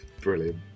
Brilliant